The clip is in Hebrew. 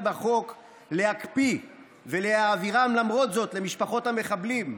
בחוק להקפיא ולהעבירם למרות זאת למשפחות המחבלים,